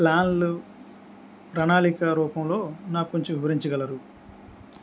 ప్లాన్లు ప్రణాళిక రూపంలో నాకు కొంచెం వివరించగలరు